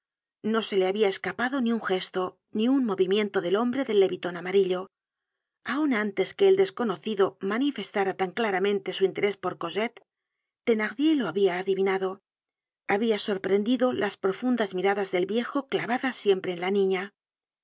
no se le habia escapado ni un gesto ni un movimiento del hombre del leviton amarillo aun antes que el desconocido manifestara tan claramente su interés por cosette thenardier lo habia adivinado habia sorprendido las profundas miradas del viejo clavadas siempre en la niña